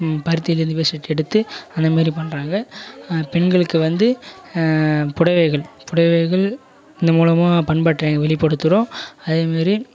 பருத்தியில் இருந்து வேஷ்டி சட்டை எடுத்து அந்த மாதிரி பண்ணுறாங்க பெண்களுக்கு வந்து புடவைகள் புடவைகள் இதன் மூலமாக பண்பாட்டை நாங்கள் வெளிப்படுத்துகிறோம் அதே மாதிரி